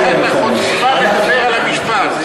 ולך יש את החוצפה לדבר על המשפט.